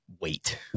wait